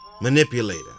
manipulator